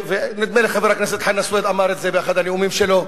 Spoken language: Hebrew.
ונדמה לי שחבר הכנסת חנא סוייד אמר את זה באחד הנאומים שלו,